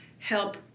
help